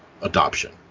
adoption